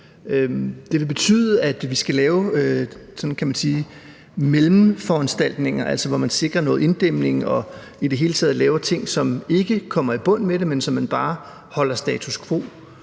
Det vil betyde, at vi skal lave sådan, kan man sige, mellemforanstaltninger, altså hvor man sikrer noget inddæmning og i det hele taget laver ting, som ikke kommer i bund med det, men så man bare holder status quo,